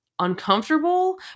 uncomfortable